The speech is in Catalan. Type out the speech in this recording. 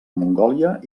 mongòlia